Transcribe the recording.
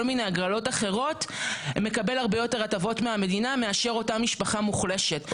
מיני הגרלות אחרות מקבל הרבה יותר הטבות מהמדינה מאשר אותה משפחה מוחלשת.